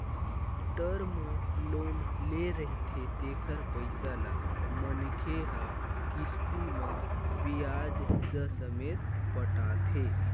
term loan ले रहिथे तेखर पइसा ल मनखे ह किस्ती म बियाज ससमेत पटाथे